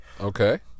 okay